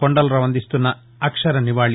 కొండలరావు అందిస్తున్న అక్షర నివాళి